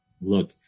look